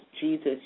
Jesus